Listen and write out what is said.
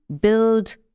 build